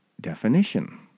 definition